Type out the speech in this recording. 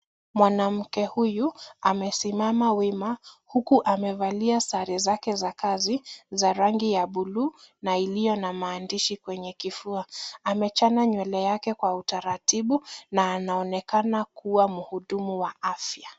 Mwanamke huyu amesimama wima huku amevalia sare zake za kazi za rangi ya bluu na iliyo na maandishi kwenye kifua. Amechana nywele yake kwa utaratibu na anaonekana kuwa mhudumu wa afya.